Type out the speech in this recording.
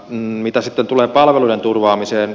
mitä sitten tulee palveluiden turvaamiseen